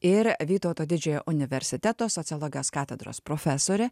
ir vytauto didžiojo universiteto sociologijos katedros profesorė